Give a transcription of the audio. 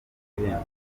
ibihembo